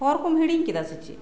ᱦᱚᱨ ᱠᱚᱢ ᱦᱤᱲᱤᱧ ᱠᱮᱫᱟ ᱥᱮ ᱪᱮᱫ